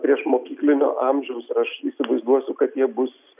priešmokyklinio amžiaus ir aš įsivaizduosiu kad jie bus